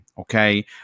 Okay